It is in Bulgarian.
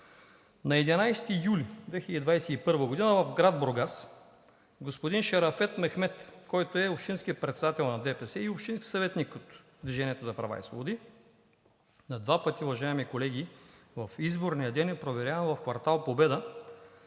На 11 юли 2021 г. в град Бургас господин Шарафет Мехмед, който е общински председател на ДПС и общински съветник от ДПС, на два пъти, уважаеми колеги, в изборния ден е проверяван в квартал „Победа“,